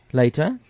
later